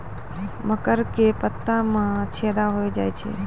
मकर के पत्ता मां छेदा हो जाए छै?